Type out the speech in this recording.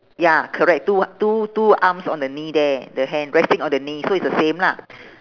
ya correct two a~ two two arms on the knee there the hand resting on the knee so it's the same lah